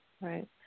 Right